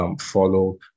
Follow